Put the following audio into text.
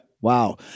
wow